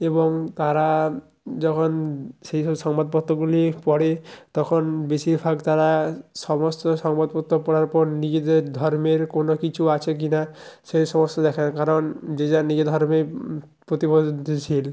এবং তারা যখন সেই সব সংবাদপত্রগুলি পড়ে তখন বেশিরভাগ তারা সমস্ত সংবাদপত্র পড়ার পর নিজেদের ধর্মের কোনো কিছু আছে কিনা সেই সমস্ত দেখে কারণ যে যার নিজ ধর্মে প্রতিবদ্ধশীল